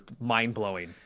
mind-blowing